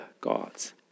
gods